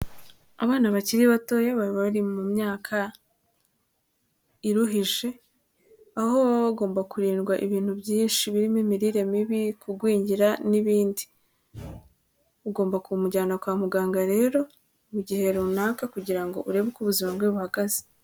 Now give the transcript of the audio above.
Abana bakiri batoya baba bari mu myaka iruhije, aho baba bagomba kurindwa ibintu byinshi, birimo imirire mibi, kugwingira n'ibindi, ugomba kumujyana kwa muganga rero mu gihe runaka kugira ngo urebe uko ubuzima bwe buhagaze.